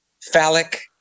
Phallic